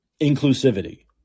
inclusivity